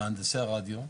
מהנדסי הרדיו.